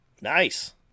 Nice